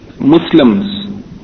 Muslims